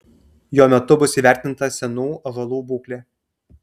jo metu bus įvertinta senų ąžuolų būklė